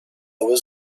was